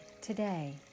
today